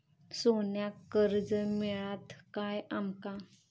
सोन्याक कर्ज मिळात काय आमका?